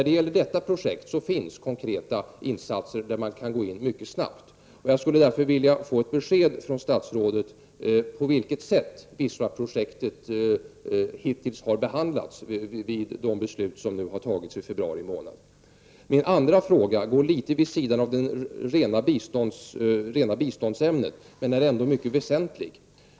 Beträffande detta projekt finns dock konkreta insatser som kan göras mycket snabbt. Jag skulle därför vilja få besked från statsrådet om vilket sätt som Wistaprojektet hittills har behandlats på vid de tillfällen under februari månad då beslut har fattats. Min andra fråga ligger litet vid sidan om det rena biståndsämnet men är ändå väsentlig.